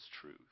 truth